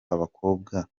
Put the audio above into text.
abakobwa